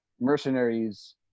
mercenaries